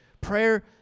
Prayer